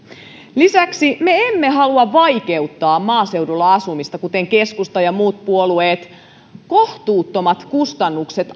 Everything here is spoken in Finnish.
lisäksi me emme halua vaikeuttaa maaseudulla asumista kuten keskusta ja muut puolueet autoilun kohtuuttomat kustannukset